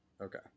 Okay